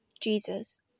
Jesus